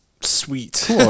sweet